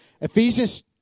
Ephesians